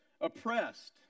oppressed